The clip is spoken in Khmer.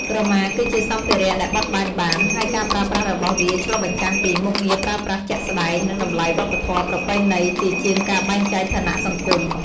ក្រមាគឺជាសម្ភារៈដែលបត់បែនបាន ហើយការប្រើប្រាស់របស់វាឆ្លុះបញ្ចាំងពី មុខងារប្រើប្រាស់ជាក់ស្តែង និងតម្លៃវប្បធម៌ ប្រពៃណី ជាជាងការបែងចែកឋានៈសង្គម។